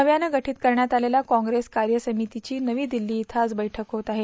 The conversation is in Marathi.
नव्याने गठीत करण्यात आलेल्या कोंप्रेस कार्य समितीच्या नवी दिल्ली इये आज बैठक होत आहे